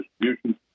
distribution